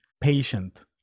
patient